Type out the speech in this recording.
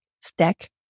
stack